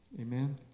amen